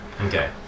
Okay